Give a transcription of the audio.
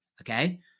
Okay